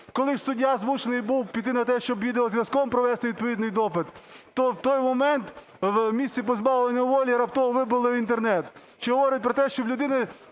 Коли ж суддя змушений був піти на те, щоб відеозв'язком провести відповідний допит, то в той момент в місці позбавлення волі раптово вибило інтернет, що говорить про те, що людину